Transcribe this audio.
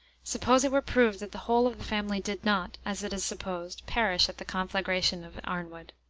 suppose it were proved that the whole of the family did not, as it is supposed, perish at the conflagration of arnwood?